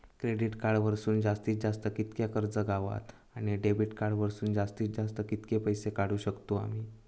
Credit card वरसून जास्तीत जास्त कितक्या कर्ज गावता, आणि डेबिट कार्ड वरसून जास्तीत जास्त कितके पैसे काढुक शकतू आम्ही?